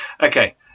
okay